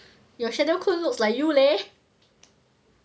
the shadow clone looks like you leh